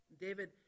David